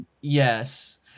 Yes